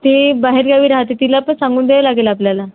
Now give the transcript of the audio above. ती बाहेरगावी राहते तिला पण सांगून द्यावे लागेल आपल्याला